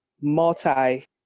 multi